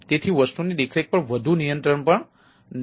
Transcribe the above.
તેથી વસ્તુઓની દેખરેખ પર વધુ નિયંત્રણ પણ નથી